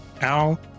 Al